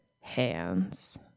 hands